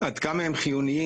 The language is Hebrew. עד כמה הם חיוניים?